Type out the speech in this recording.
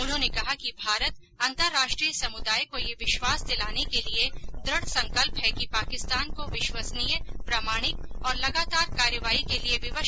उन्होंने कहा कि भारत अंतर्राष्ट्रीय समुदाय को यह विश्वास दिलाने के लिए दुढ संकल्प है कि पाकिस्तान को विश्वसनीय प्रमाणिक और लगातार कार्रवाई के लिए विवश करने की जरूरत है